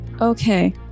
okay